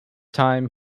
time